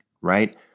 Right